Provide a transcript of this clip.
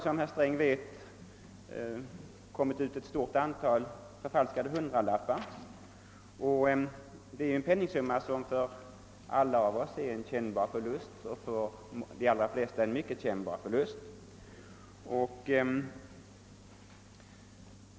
Som herr Sträng vet har det kommit ut ett stort antal förfalskade hundralappar, och 100 kronor är väl för alla av oss en kännbar förlust — ja, för de flesta en mycket kännbar förlust.